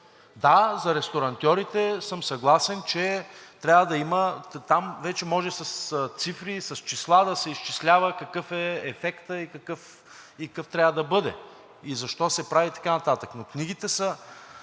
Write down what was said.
Да, за ресторантьорите съм съгласен, че там вече може с цифри и с числа да се изчислява какъв е ефектът и какъв трябва да бъде и защо се прави и така нататък. Но книгите са